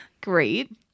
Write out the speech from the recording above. Great